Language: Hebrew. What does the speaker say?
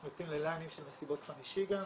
אנחנו יוצאים לליינים של מסיבות חמישי גם,